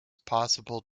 possible